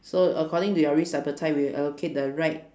so according to your risk appetite we'll allocate the right